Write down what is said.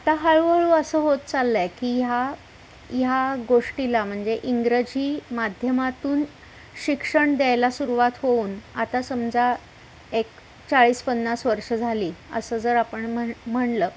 आता हळूहळू असं होत चाललं आहे की ह्या ह्या गोष्टीला म्हणजे इंग्रजी माध्यमातून शिक्षण द्यायला सुरूवात होऊन आता समजा एक चाळीस पन्नास वर्षं झाली असं जर आपण म्हण म्हटलं